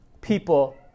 people